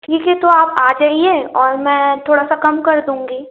ठीक है तो आप आ जाइए और मैं थोड़ा सा कम कर दूँगी